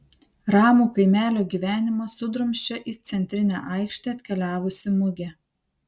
ramų kaimelio gyvenimą sudrumsčia į centrinę aikštę atkeliavusi mugė